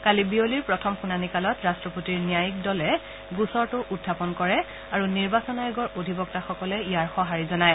কালি বিয়লিৰ প্ৰথম শুণানী কালত ৰাট্টপতিৰ ন্যায়িক দলে গোচৰটো উখাপন কৰে আৰু নিৰ্বাচন আয়োগৰ অধিবক্তাসকলে ইয়াৰ সঁহাৰি জনায়